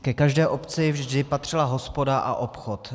Ke každé obci vždy patřila hospoda a obchod.